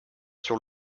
sur